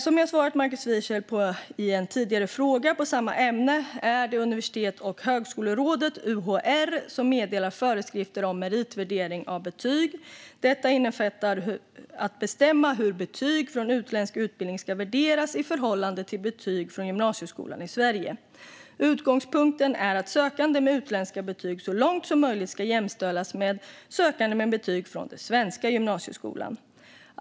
Som jag svarat Markus Wiechel på en tidigare fråga på samma ämne är det Universitets och högskolerådet, UHR, som meddelar föreskrifter om meritvärdering av betyg. Detta innefattar att bestämma hur betyg från utländsk utbildning ska värderas i förhållande till betyg från gymnasieskolan i Sverige. Utgångspunkten är att sökande med utländska betyg så långt som möjligt ska jämställas med sökande med betyg från den svenska gymnasieskolan.